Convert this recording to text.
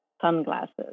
sunglasses